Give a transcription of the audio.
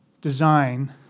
design